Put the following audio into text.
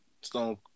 Stone